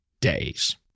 days